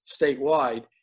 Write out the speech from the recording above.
statewide